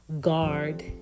guard